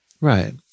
Right